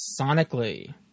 sonically